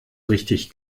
richtig